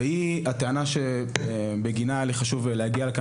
והיא הטענה שבגינה היה לי חשוב להגיע לכאן